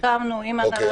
סיכמנו עם הנהלת בתי המשפט.